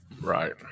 Right